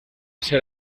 ser